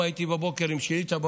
הבוקר הייתי עם שאילתה,